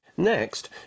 Next